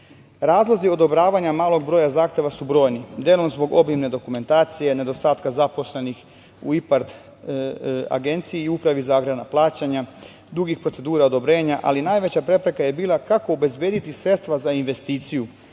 Razlozi odobravanja malog broja zahteva su brojni, delom zbog obimne dokumentacije, nedostatka zaposlenih u IPARD agenciji i u Upravi za agrarna plaćanja, dugih procedura odobrenja, ali najveća prepreka je bila kako obezbediti sredstva za investiciju.